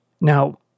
Now